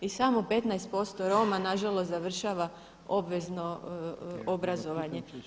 I samo 15% Roma na žalost završava obvezno obrazovanje.